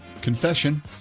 Confession